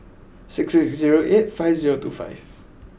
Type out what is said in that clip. six six zero eight five zero two five